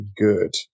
good